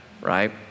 right